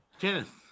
Kenneth